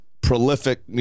prolific